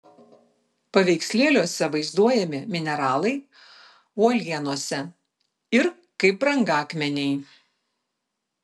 paveikslėliuose vaizduojami mineralai uolienose ir kaip brangakmeniai